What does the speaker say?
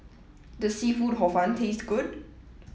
does seafood hor fun taste good